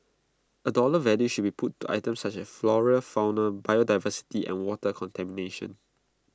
A dollar value should be put to items such as flora fauna biodiversity and water contamination